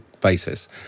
basis